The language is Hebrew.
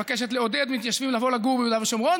מבקשת לעודד מתיישבים לבוא ולגור ביהודה ושומרון,